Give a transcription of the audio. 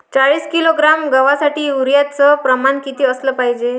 चाळीस किलोग्रॅम गवासाठी यूरिया च प्रमान किती असलं पायजे?